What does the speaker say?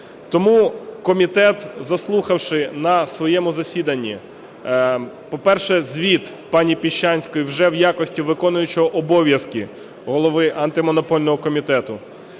Тому комітет, заслухавши на своєму засіданні, по-перше, звіт пані Піщанської вже в якості виконуючого обов'язки Голови Антимонопольного комітету,